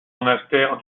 monastère